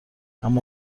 اما